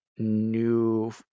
new